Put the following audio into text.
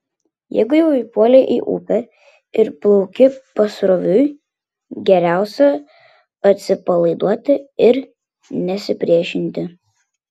jeigu jau įpuolei į upę ir plauki pasroviui geriausia atsipalaiduoti ir nesipriešinti